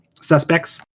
suspects